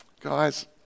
guys